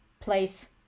place